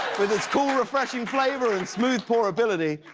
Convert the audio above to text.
with its cool, refreshing flavor and smooth pour ability,